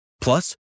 Plus